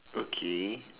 okay